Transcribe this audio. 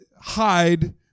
hide